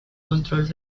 control